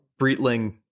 Breitling